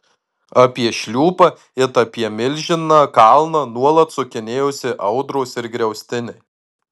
apie šliūpą it apie milžiną kalną nuolat sukinėjosi audros ir griaustiniai